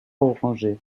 orangé